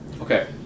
Okay